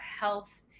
health